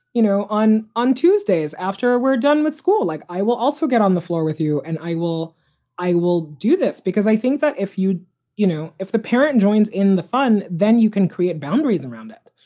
you know, on on tuesdays after we're done with school, like, i will also get on the floor with you and i will i will do this because i think that if you you know, if the parent joins in the fun, then you can create boundaries around it.